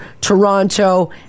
Toronto